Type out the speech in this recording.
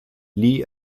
lieh